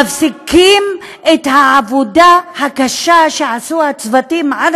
מפסיקים את העבודה הקשה שעשו הצוותים עד